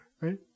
Right